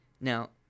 Now